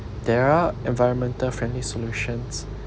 there are environmental friendly solutions